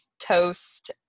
toast